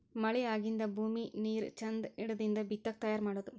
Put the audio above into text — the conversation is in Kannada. ಮಳಿ ಆಗಿಂದ ಭೂಮಿ ನೇರ ಚಂದ ಹಿಡದಿಂದ ಬಿತ್ತಾಕ ತಯಾರ ಮಾಡುದು